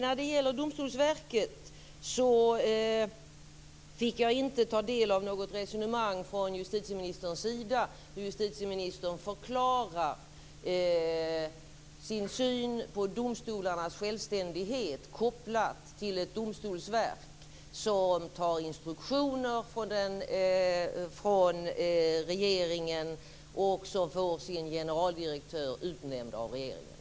När det gäller Domstolsverket fick jag inte ta del av något resonemang från justitieministerns sida där justitieministern förklarar sin syn på domstolarnas självständighet kopplat till ett domstolsverk som tar instruktioner från regeringen och som får sin generaldirektör utnämnd av regeringen.